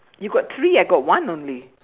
you got three I got one only